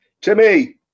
Timmy